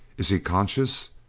is he conscious?